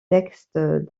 textes